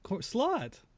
slot